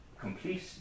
complete